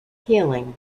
healing